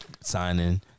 signing